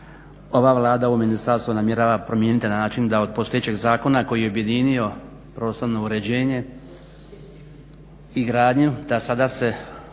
ova Vlada u ministarstvo namjerava promijeniti na način da od postojećeg zakona koji je objedinio prostorno uređenje i gradnju da sada se